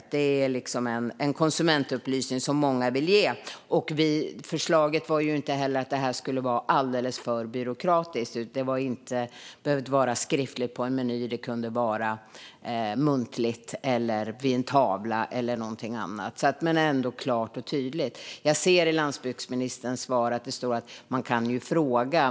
Det är en konsumentupplysning som många vill ge. Förslaget var inte heller att det skulle vara alldeles för byråkratiskt. Det behöver inte vara skriftligt på en meny. Det kunde vara muntligt, vid en tavla eller någonting annat men ändå så att det är klart och tydligt. Jag hörde landsbygdsministern säga i sitt svar att man ju kan fråga.